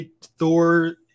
Thor